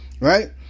Right